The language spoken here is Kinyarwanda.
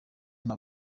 nta